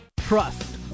Trust